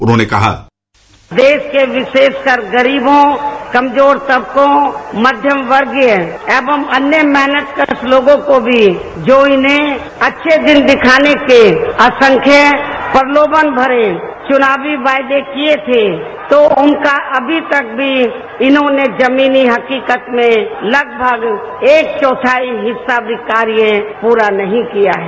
उन्होंने कहा देश के विरोषकर गरीबों कमजोर तबकों मध्यम वर्गीय अन्य मेहनत करा लोगों को भी जो इन्हें अच्छे दिन दिखाने के असंख्यक प्रलोमन भरे चुनावी वायदे किये थे तो उनका अभी तक भी इन्होंने जमीनी हकीकत में लगभग एक चौथाई हिस्सा भी कार्य पूरा नही किया है